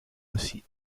aussi